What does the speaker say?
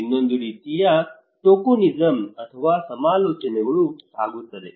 ಇನ್ನೊಂದು ರೀತಿಯ ಟೋಕನಿಸಂ ಅಥವಾ ಸಮಾಲೋಚನೆಗಳು ಆಗುತ್ತದೆ